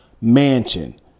mansion